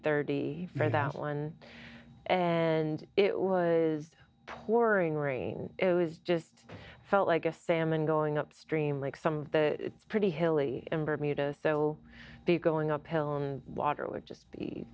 thirty for that one and it was pouring rain it was just felt like a salmon going upstream like some pretty hilly in bermuda so they going uphill water would just be